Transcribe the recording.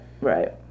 right